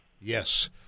Yes